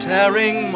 Tearing